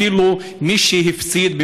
אפילו מי ש"הפסיד",